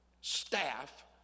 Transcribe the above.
staff